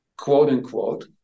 quote-unquote